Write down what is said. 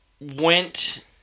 went